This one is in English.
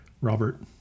Robert